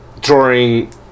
drawing